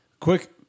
quick